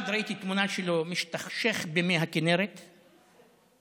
אחד, ראיתי תמונה שלו משתכשך במי הכינרת, השני,